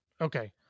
Okay